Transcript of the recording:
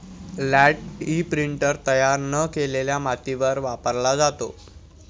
land imprinter तयार न केलेल्या मातीवर वापरला जातो